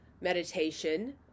meditation